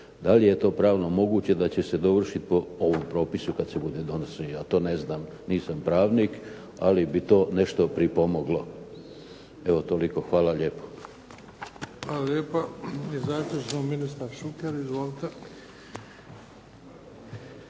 Da li je to pravno moguće da će se dovršiti po ovom propisu kad se bude donosio. To ne znam. Nisam pravnik, ali bi to nešto pripomoglo. Evo toliko, hvala lijepo. **Bebić, Luka (HDZ)** Hvala lijepa. I zaključno ministar Šuker. Izvolite.